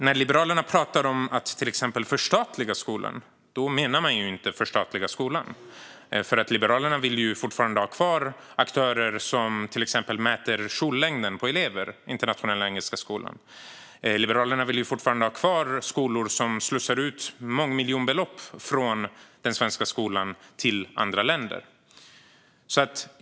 När Liberalerna pratar om att förstatliga skolan menar de inte det, för Liberalerna vill fortfarande ha kvar aktörer som till exempel mäter kjollängden på elever, som på Internationella Engelska Skolan. Liberalerna vill också ha kvar skolor som slussar ut mångmiljonbelopp från svensk skola till andra länder.